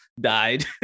died